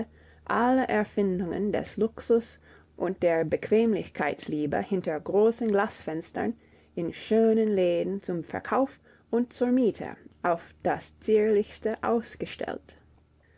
alle erfindungen des luxus und der bequemlichkeitsliebe hinter großen glasfenstern in schönen läden zum verkauf und zur miete auf das zierlichste ausgestellt